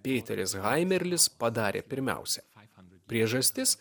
peteris haimerlis padarė pirmiausia priežastis